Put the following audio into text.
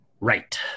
Right